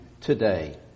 today